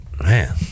Man